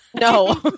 No